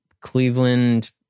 Cleveland